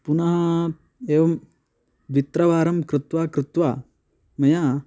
पुनः एवं द्वित्रिवारं कृत्वा कृत्वा मया